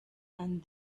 and